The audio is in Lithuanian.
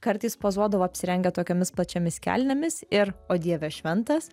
kartais pozuodavo apsirengę tokiomis plačiomis kelnėmis ir o dieve šventas